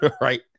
right